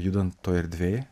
judant toj erdvėj